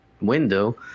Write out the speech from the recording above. window